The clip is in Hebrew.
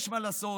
יש מה לעשות,